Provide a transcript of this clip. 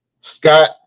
Scott